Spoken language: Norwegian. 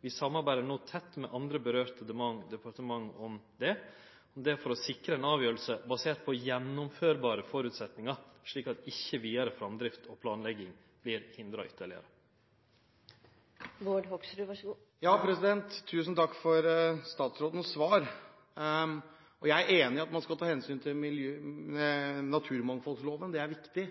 Vi samarbeider no tett med andre departement som det gjeld – dette for å sikre ei avgjerd basert på gjennomførbare føresetnader, slik at ikkje vidare framdrift og planlegging vert ytterlegare hindra. Tusen takk for statsrådens svar. Jeg er enig i at man skal ta hensyn til naturmangfoldloven – det er viktig.